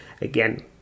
Again